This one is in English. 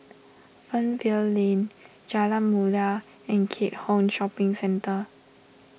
Fernvale Lane Jalan Mulia and Keat Hong Shopping Centre